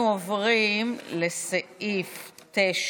אנחנו עוברים לסעיף 9,